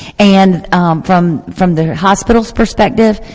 and from from the hospital perspective,